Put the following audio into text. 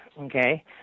okay